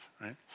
right